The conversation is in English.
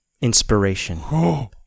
inspiration